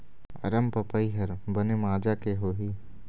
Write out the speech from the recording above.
अरमपपई हर बने माजा के होही?